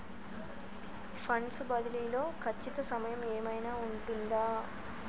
Funds బదిలీ లో ఖచ్చిత సమయం ఏమైనా ఉంటుందా?